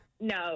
No